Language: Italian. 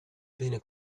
bene